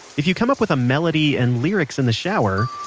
if you come up with a melody and lyrics in the shower,